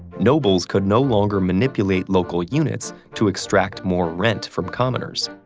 nobles could no longer manipulate local units to extract more rent from commoners,